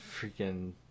freaking